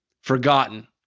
forgotten